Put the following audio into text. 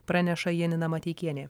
praneša janina mateikienė